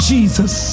Jesus